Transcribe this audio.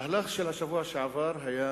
המהלך של השבוע שעבר היה